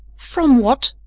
from what?